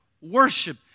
worship